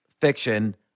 fiction